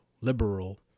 liberal